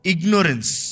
Ignorance